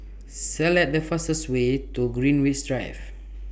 Select The fastest Way to Greenwich Drive